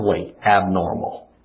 abnormal